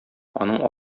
аның